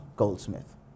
Goldsmith